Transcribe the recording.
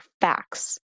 facts